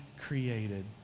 created